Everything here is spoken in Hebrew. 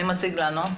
מי מציג לנו?